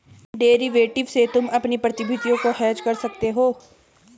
derivative से तुम अपनी प्रतिभूतियों को हेज कर सकते हो